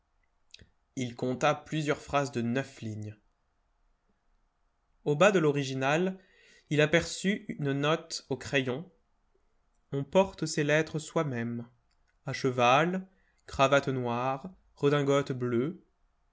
il compta plusieurs phrases de neuf lignes au bas de l'original il aperçut une note au crayon on porte ces lettres soi-même à cheval cravate notre redingote bleue